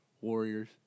Warriors